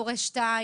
הורה 2,